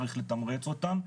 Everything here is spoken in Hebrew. צריך לתמרץ אותם,